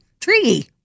tree